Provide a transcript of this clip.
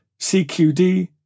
CQD